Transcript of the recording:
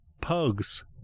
pugs